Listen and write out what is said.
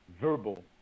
Verbal